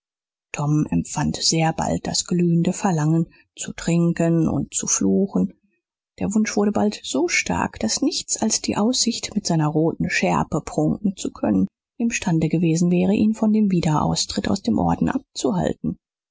tom empfand sehr bald das glühende verlangen zu trinken und zu fluchen der wunsch wurde bald so stark daß nichts als die aussicht mit seiner roten schärpe prunken zu können imstande gewesen wäre ihn von dem wiederaustritt aus dem orden abzuhalten